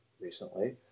recently